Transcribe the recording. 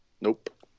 Nope